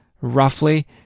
roughly